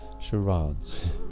Charades